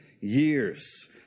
years